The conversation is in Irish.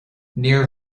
níor